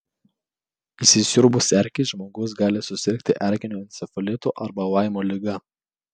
įsisiurbus erkei žmogus gali susirgti erkiniu encefalitu arba laimo liga